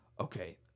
Okay